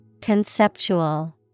Conceptual